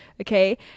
Okay